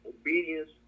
obedience